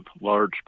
large